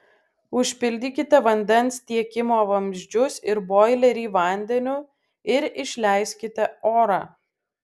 užpildykite vandens tiekimo vamzdžius ir boilerį vandeniu ir išleiskite orą